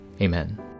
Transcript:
Amen